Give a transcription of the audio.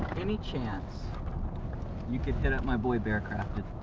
any chance you could hit up my boy bearcrafted?